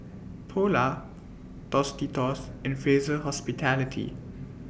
Polar Tostitos and Fraser Hospitality